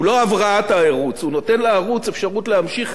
הוא נותן לערוץ אפשרות להמשיך לנשום ולהתקיים,